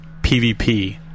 PvP